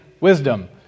wisdom